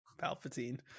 Palpatine